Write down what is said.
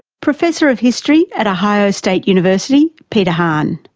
professor of history at ohio state university, peter hahn.